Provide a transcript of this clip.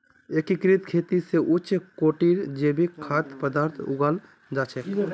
एकीकृत खेती स उच्च कोटिर जैविक खाद्य पद्दार्थ उगाल जा छेक